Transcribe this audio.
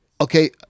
Okay